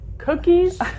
cookies